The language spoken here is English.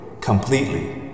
Completely